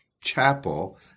chapel